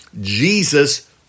Jesus